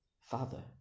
father